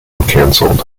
cancelled